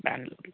ban